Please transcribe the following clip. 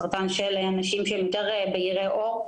סרטן של אנשים בעיקר בהירי עור,